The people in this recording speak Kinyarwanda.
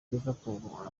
liverpool